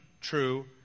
true